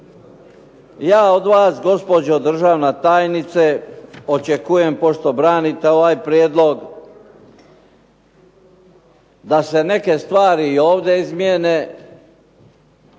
Ja od vas gospođo državna tajnice očekujem pošto branite ovaj prijedlog, da se neke stvari i ovdje izmjene,